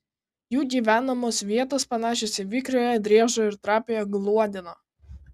jų gyvenamos vietos panašios į vikriojo driežo ir trapiojo gluodeno